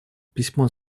письмо